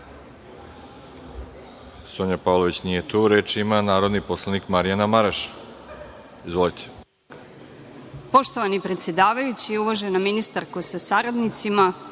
Maraš. Sonja Pavlović nije tu. Reč ima narodni poslanik Marjana Maraš. Izvolite.